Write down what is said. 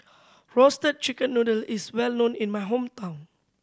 Roasted Chicken Noodle is well known in my hometown